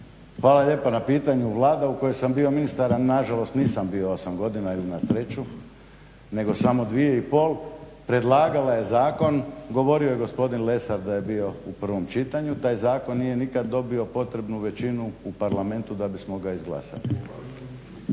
Hvala lijepa na pitanju. Vlada u kojoj sam bio ministar, a nažalost nisam bio 8 godina ili na sreću nego samo 2,5 predlagala je zakon. Govorio je gospodin Lesar da je bio u prvom čitanju. Taj zakon nije nikad dobio potrebnu većinu u Parlamentu da bismo ga izglasali.